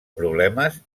problemes